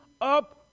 up